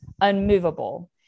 Unmovable